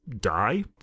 die